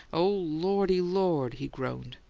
oh, lordy, lord! he groaned,